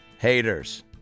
haters